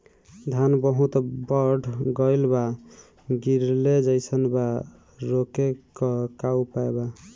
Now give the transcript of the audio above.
धान बहुत बढ़ गईल बा गिरले जईसन बा रोके क का उपाय बा?